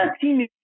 team